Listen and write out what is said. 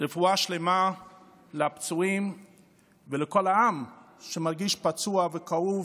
רפואה שלמה לפצועים ולכל העם, שמרגיש פצוע וכאוב